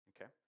okay